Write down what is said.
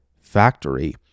factory